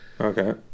Okay